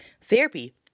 therapy